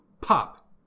pop